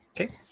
Okay